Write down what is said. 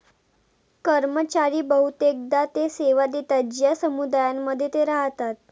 कर्मचारी बहुतेकदा ते सेवा देतात ज्या समुदायांमध्ये ते राहतात